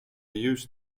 use